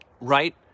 Right